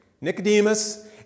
nicodemus